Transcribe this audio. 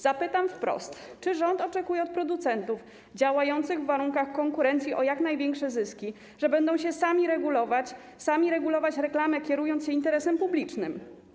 Zapytam wprost: Czy rząd oczekuje od producentów działających w warunkach konkurencji o jak największe zyski, że będą się sami regulować, sami regulować reklamę, kierując się interesem publicznym?